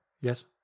yes